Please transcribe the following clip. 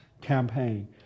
campaign